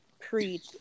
preach